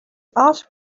ask